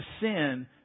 sin